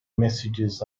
messages